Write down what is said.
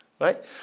right